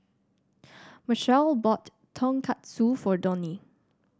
Machelle bought Tonkatsu for Donie